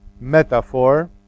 metaphor